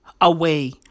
away